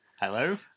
Hello